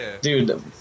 Dude